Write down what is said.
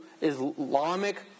Islamic